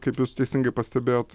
kaip jūs teisingai pastebėjote